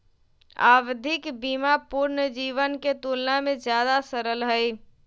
आवधिक बीमा पूर्ण जीवन के तुलना में ज्यादा सरल हई